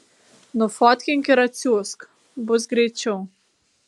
nufotkink ir atsiųsk bus greičiau